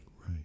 Right